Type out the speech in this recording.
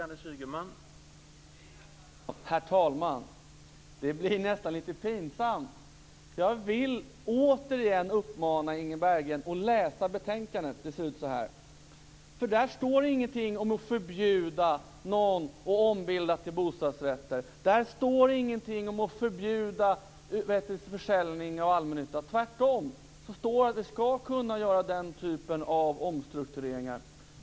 Herr talman! Det blir nästan lite pinsamt. Jag vill återigen uppmana Inga Berggren att läsa betänkandet. Där står ingenting om att förbjuda någon att ombilda hyresrätt till bostadsrätt. Där står ingenting om att förbjuda försäljning av allmännyttan. Tvärtom står det att man skall kunna göra den typen av omstruktureringar.